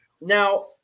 now